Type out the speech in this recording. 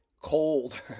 cold